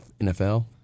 NFL